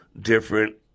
different